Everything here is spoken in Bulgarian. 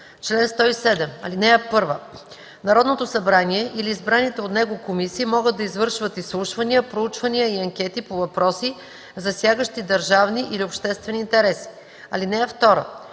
„Чл. 107. (1) Народното събрание или избраните от него комисии могат да извършват изслушвания, проучвания и анкети по въпроси, засягащи държавни или обществени интереси. (2)